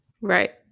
Right